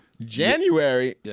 January